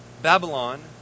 Babylon